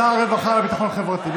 שר הרווחה והביטחון חברתי.